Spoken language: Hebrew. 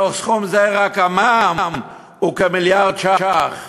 מתוך סכום זה רק המע"מ הוא כמיליארד ש"ח,